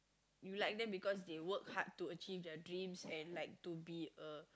you like them because they work hard to achieve their dreams and like to be a